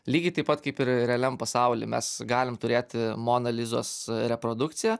lygiai taip pat kaip ir realiam pasauly mes galime turėti mona lizos reprodukciją